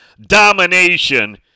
domination